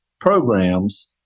programs